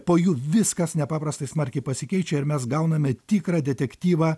po jų viskas nepaprastai smarkiai pasikeičia ir mes gauname tikrą detektyvą